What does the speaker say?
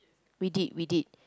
we did we did